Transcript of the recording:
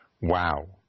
Wow